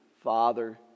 Father